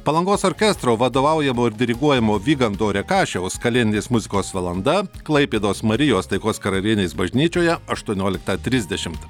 palangos orkestro vadovaujamo ir diriguojamo vyganto rekašiaus kalėdinės muzikos valanda klaipėdos marijos taikos karalienės bažnyčioje aštuonioliktą trisdešimt